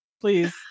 please